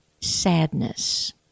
sadness